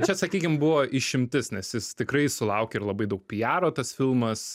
čia sakykim buvo išimtis nes jis tikrai sulaukė ir labai daug piaro tas filmas